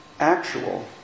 actual